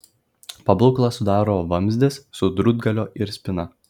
pabūklą sudaro vamzdis su drūtgaliu ir spyna